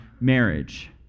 marriage